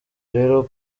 rero